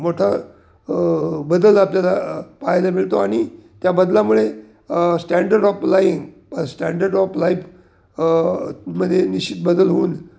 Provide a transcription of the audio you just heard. मोठा बदल आपल्याला पाहायला मिळतो आणि त्या बदलामुळे standard of living standard of life मध्ये निश्चित बदल होऊन